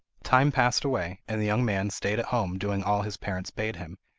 time passed away, and the young man stayed at home doing all his parents bade him,